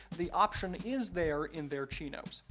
the option is there in their chinos.